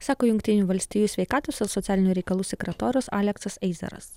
sako jungtinių valstijų sveikatos ir socialinių reikalų sekretorius aleksas eizaras